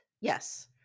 yes